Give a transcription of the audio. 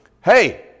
Hey